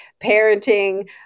parenting